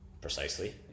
Precisely